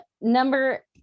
number